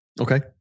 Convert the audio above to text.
Okay